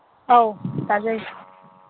ꯑꯧ ꯇꯥꯖꯩ